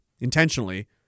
intentionally